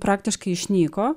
praktiškai išnyko